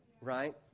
right